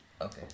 Okay